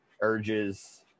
urges